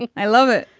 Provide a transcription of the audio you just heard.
and i love it